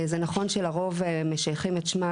זה נכון שלרוב משייכים את שמה,